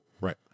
Right